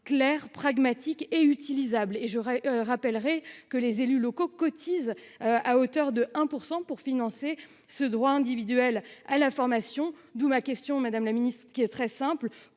clair pragmatique et utilisable et j'aurais rappellerai que les élus locaux cotisent. À hauteur de 1% pour financer ce droit individuel à la formation d'où ma question, madame la Ministre, qui est très simple,